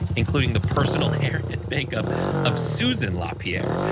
including the personal hair and makeup of susan lapierre.